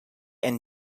and